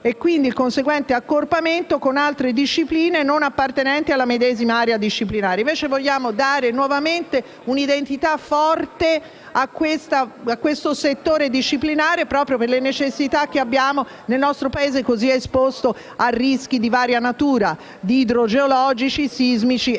e quindi il conseguente accorpamento con altre discipline non appartenenti alla medesima area disciplinare. Vogliamo, invece, dare nuovamente un'identità forte a questo settore disciplinare, proprio per le necessità che abbiamo nel nostro Paese, così esposto a rischi di varia natura (idrogeologici, sismici e